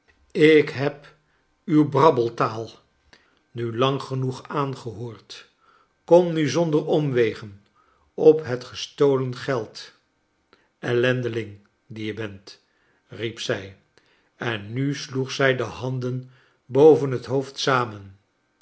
ik heb uw brabbeltaal nu lang genoeg aangehoord kom nu zonder omwegea op het gestolen geld ellendeling die je bent riep zij en nu sloeg zij de handen boven het hoofd samen